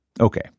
Okay